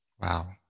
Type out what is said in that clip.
Wow